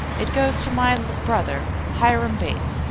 it goes to my brother hiram bates,